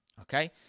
Okay